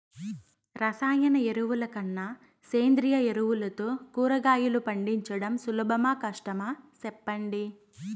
రసాయన ఎరువుల కన్నా సేంద్రియ ఎరువులతో కూరగాయలు పండించడం సులభమా కష్టమా సెప్పండి